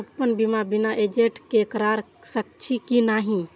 अपन बीमा बिना एजेंट के करार सकेछी कि नहिं?